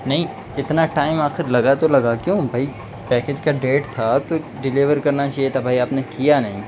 نہیں اتنا ٹائم آخر لگا تو لگا کیوں بھائی پیکج کا ڈیٹ تھا تو ڈلیور کرنا چاہیے تھا بھائی آپ نے کیا نہیں